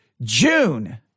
June